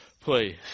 please